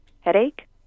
headache